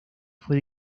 fue